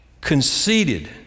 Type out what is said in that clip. conceited